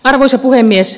arvoisa puhemies